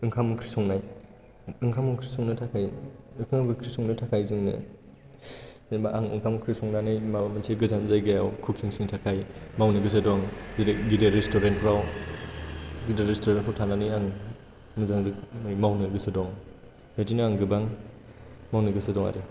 ओंखाम ओंख्रि संनाय ओंखाम ओंख्रि संनो थाखाय जोंनो जेनेबा आं ओंखाम ओंख्रि संनानै माबा मोनसे गोजान जायगायाव कुकिं नि थाखाय मावनो गोसो दं जेरै गिदिर रेस्टुरेन्ट फोराव थानानै आं मोजां रोखोमै मावनो गोसो दं बेबायदिनो आं गोबां मावनो गोसो दं आरो